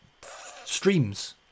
Streams